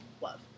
love